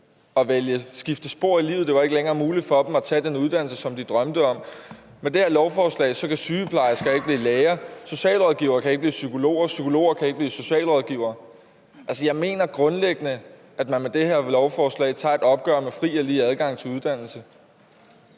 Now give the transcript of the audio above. muligt at skifte spor i livet, det var ikke længere muligt for dem at tage den uddannelse, som de drømte om. Med det her lovforslag kan en sygeplejerske ikke blive læge, en socialrådgiver kan ikke blive psykolog, og en psykolog kan ikke blive socialrådgiver. Jeg mener grundlæggende, at man med det her lovforslag tager et opgør med fri og lige adgang til uddannelse.